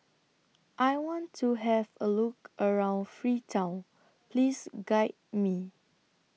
I want to Have A Look around Freetown Please Guide Me